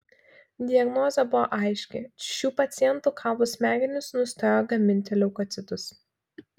diagnozė buvo aiški šių pacientų kaulų smegenys nustojo gaminti leukocitus